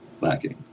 lacking